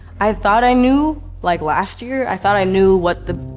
i thought i knew like, last year. i thought i knew what the,